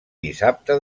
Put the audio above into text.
dissabte